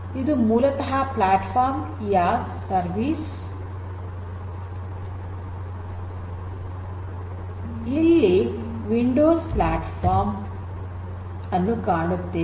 ಇದು ಮೂಲತಃ platform as a service ಇಲ್ಲಿ ವಿಂಡೋಸ್ ಪ್ಲಾಟ್ಫಾರ್ಮ್ ಅನ್ನು ನಾವು ಕಾಣುತ್ತೇವೆ